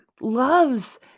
loves